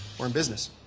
we're in business.